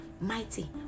mighty